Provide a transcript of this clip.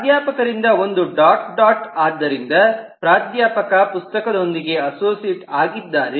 ಪ್ರಾಧ್ಯಾಪಕರಿಂದ ಒಂದು dot dot ಆದ್ದರಿಂದ ಪ್ರಾಧ್ಯಾಪಕ ಪುಸ್ತಕದೊಂದಿಗೆ ಅಸೋಸಿಯೇಟ್ ಆಗಿದ್ದಾರೆ